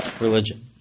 religion